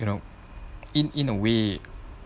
you know in in a way